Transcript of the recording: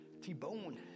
T-bone